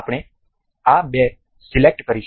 આપણે આ બે સિલેક્ટ કરીશું